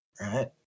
right